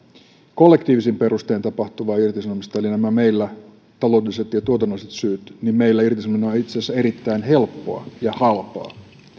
kollektiivisin perustein tapahtuvaa irtisanomista eli meillä nämä taloudelliset ja tuotannolliset syyt niin meillä irtisanominen on itse asiassa erittäin helppoa ja halpaa